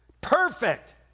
perfect